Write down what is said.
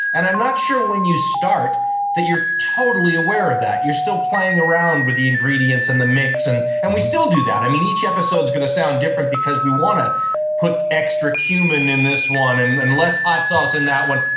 and i'm not sure when you start that you're totally aware of that. you're still playing around with the ingredients and the mix. and and we still do that. each episode is going to start different because we want to put extra cumin in this one and and less hot sauce in that one.